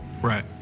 Right